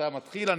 אתה מתחיל.